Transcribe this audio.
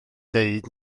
dweud